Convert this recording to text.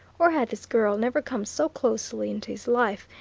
or had this girl never come so closely into his life,